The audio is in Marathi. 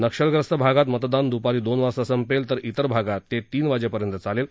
नक्षलग्रस्त भागात मतदान दुपारी दोन वाजता संपेल तर इतर भागात ते तीन वाजेपर्यंत चालेल